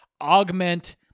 augment